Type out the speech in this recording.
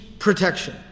Protection